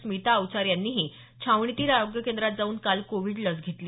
स्मिता अवचार यांनीही छावणीतील आरोग्य केंद्रात जाऊन काल कोविड लस घेतली